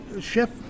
chef